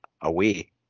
away